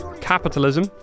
capitalism